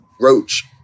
Roach